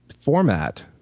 format